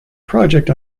project